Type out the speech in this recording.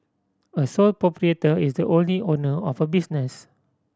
a sole proprietor is the only owner of a business